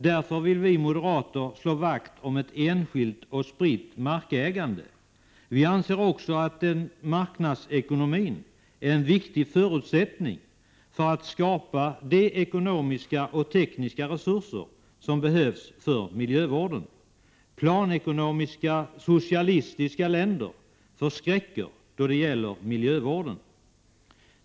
Därför vill vi moderater slå vakt om ett enskilt och spritt markägande. Vi anser också att marknadsekonomin är en viktig förutsättning för att skapa de ekonomiska och tekniska resurser som behövs för miljövården. Planekonomiska socialistiska länder förskräcker då det gäller miljövården.